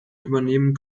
übernehmen